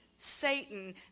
Satan